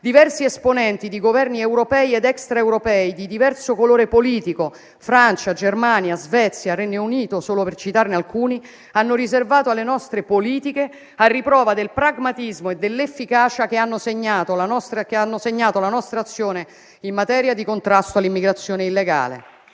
diversi esponenti di Governi europei ed extraeuropei di diverso colore politico (Francia, Germania, Svezia e Regno Unito, solo per citarne alcuni) hanno riservato alle nostre politiche, a riprova del pragmatismo e dell'efficacia che hanno segnato la nostra azione in materia di contrasto all'immigrazione illegale.